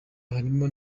harimo